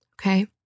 okay